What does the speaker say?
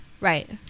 right